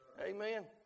Amen